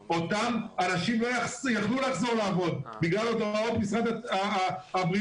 אנשים לא יכלו לחזור לעבוד בגלל הוראות משרד הבריאות.